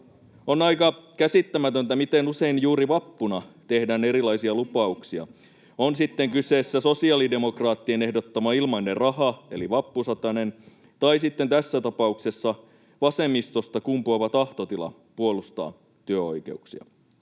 On aika käsittämätöntä, miten usein juuri vappuna tehdään erilaisia lupauksia, on sitten kyseessä sosiaalidemokraattien ehdottama ilmainen raha eli vappusatanen tai sitten tässä tapauksessa vasemmistosta kumpuava tahtotila puolustaa työoikeuksia.